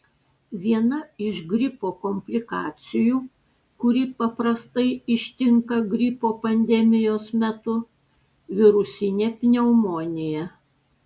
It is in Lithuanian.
viena iš gripo komplikacijų kuri paprastai ištinka gripo pandemijos metu virusinė pneumonija